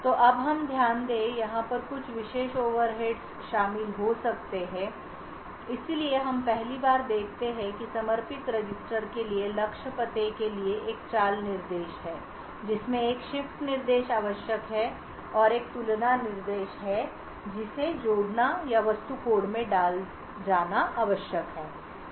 तो अब हम ध्यान दें कि यहाँ पर कुछ विशेष ओवरहेड्स शामिल हो सकते हैं इसलिए हम पहली बार देखते हैं कि समर्पित रजिस्टर के लिए लक्ष्य पते के लिए एक चाल निर्देश है जिसमें एक शिफ्ट निर्देश आवश्यक है और एक तुलना निर्देश है जिसे जोड़ना या वस्तु कोड में डाला जाना आवश्यक है